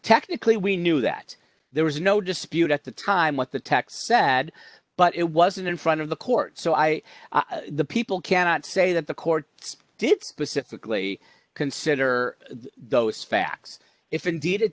technically we knew that there was no dispute at the time what the text sad but it wasn't in front of the court so i the people cannot say that the court did specifically consider those facts if indeed it